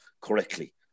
correctly